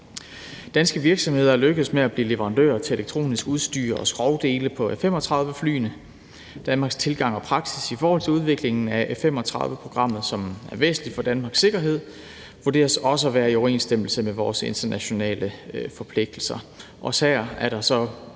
Danske virksomheder lykkedes med at blive leverandører til elektronisk udstyr og skrogdele på A-35-flyene. Danmarks tilgang og praksis i forhold til udviklingen af A-35-programmet, som er væsentlig for Danmarks sikkerhed, vurderes også at være i overensstemmelse med vores internationale forpligtelser. Også her er der så